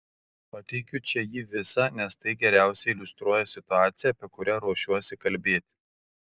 pateikiu čia jį visą nes tai geriausiai iliustruoja situaciją apie kurią ruošiuosi kalbėti